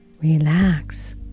relax